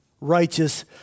righteous